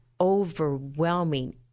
overwhelming